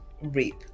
reap